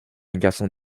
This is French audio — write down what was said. garçon